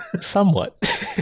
Somewhat